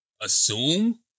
assume